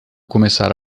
começar